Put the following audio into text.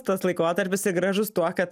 tas laikotarpis ir gražus tuo kad